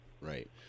Right